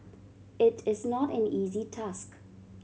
it is not an easy task